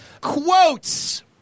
Quotes